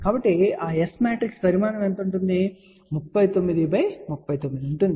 కాబట్టి ఆ S matrix పరిమాణం 39 x 39 ఉంటుంది